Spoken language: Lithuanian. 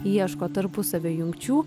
ieško tarpusavio jungčių